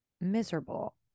miserable